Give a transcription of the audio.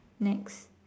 next